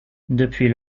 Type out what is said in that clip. depuis